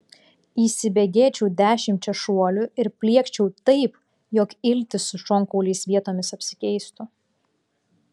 įsibėgėčiau dešimčia šuolių ir pliekčiau taip jog iltys su šonkauliais vietomis apsikeistų